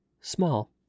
small